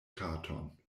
katon